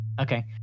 Okay